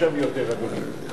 אני לא אעמוד שם יותר, אדוני.